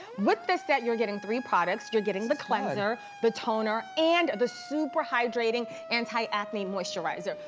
with the set, you're getting three products you're getting the cleanser, the toner, and the super hydrating anti-acne moisturizer.